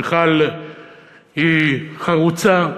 מיכל היא חרוצה,